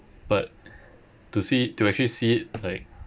but to see it to actually see it like